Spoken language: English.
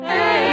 Hey